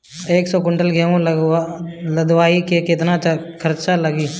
एक सौ कुंटल गेहूं लदवाई में केतना खर्चा लागी?